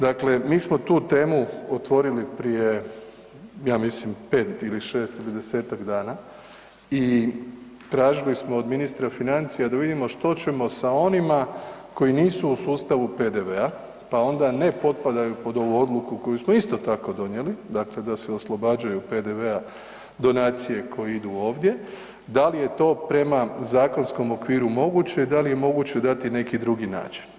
Dakle mi smo tu temu otvorili prije, ja mislim 5 ili 6 ili 10-tak dana i tražili smo od ministra financija da vidimo što ćemo sa onima koji nisu u sustavu PDV-a pa onda ne potpadaju pod ovu odluku koju smo, isto tako donijeli, dakle da se oslobađaju PDV-a donacije koje idu ovdje, da li je to prema zakonskom okviru moguće i da li je moguće dati neki drugi način.